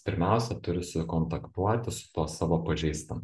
pirmiausia turi sukontaktuoti su tuo savo pažįstamu